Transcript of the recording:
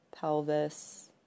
pelvis